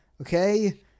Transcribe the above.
okay